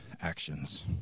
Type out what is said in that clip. actions